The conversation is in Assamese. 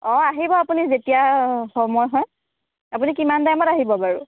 অ' আহিব আপুনি যেতিয়া সময় হয় আপুনি কিমান টাইমত আহিব বাৰু